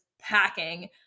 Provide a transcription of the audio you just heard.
packing